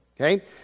okay